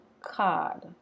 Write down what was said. card